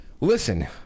listen